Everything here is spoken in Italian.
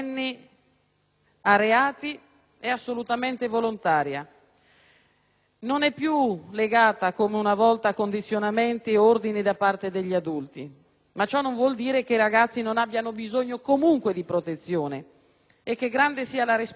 non più legata come una volta a condizionamenti e ordini da parte degli adulti; ma ciò non vuol dire che i ragazzi non abbiano bisogno comunque di protezione e che grande sia la responsabilità di chi in questo campo li tratta da adulti.